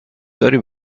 داری